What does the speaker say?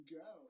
go